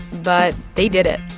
but they did it.